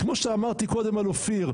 כמו שאמרתי קודם על אופיר,